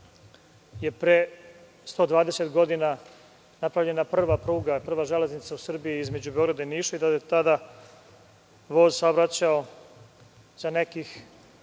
je pre 120 godina napravljena prva pruga, prva železnica u Srbiji između Beograda i Niša i da je tada voz saobraćao sa nekih